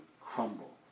crumble